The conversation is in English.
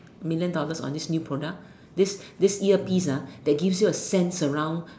millions dollars on this new product this this earpiece ah that gives you a sense around